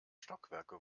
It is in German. stockwerke